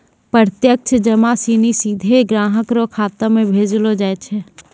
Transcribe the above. प्रत्यक्ष जमा सिनी सीधे ग्राहक रो खातो म भेजलो जाय छै